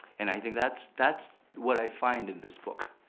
and i think that's that's what i find in this book,